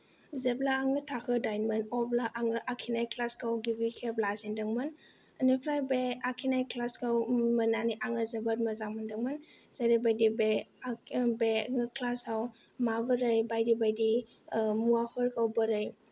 जेब्ला आङो थाखो दाइनमोन अब्ला आङो आखिनाय क्लासखौ गिबि खेब लाजेनदोंमोन ओनिफ्राय बे आखिनाय क्लासखौ मोननानै आङो जोबोद मोजां मोनदोंमोन जेरैबायदि बे बे क्लासाव माबोरै बायदि बायदि मुवाफोरखौ बोरै